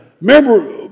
Remember